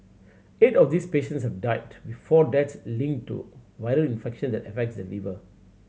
eight of these patients have died with four deaths linked to viral infection that affects the liver